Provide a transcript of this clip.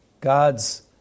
God's